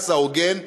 היחס הלא-ההוגן,